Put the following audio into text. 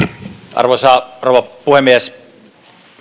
arvoisa rouva puhemies